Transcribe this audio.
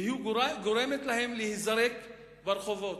וגורמת להן להיזרק ברחובות,